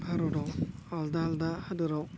भारतआव आलदा आलदा हादोराव